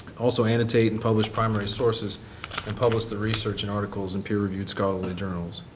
also annotate and publish primary sources and publish the research in articles in peer reviewed scholarly journals.